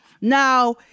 Now